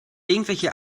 irgendwelche